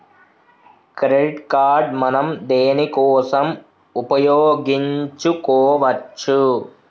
Credit card మనం దేనికోసం ఉపయోగించుకోవచ్చు?